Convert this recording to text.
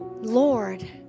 Lord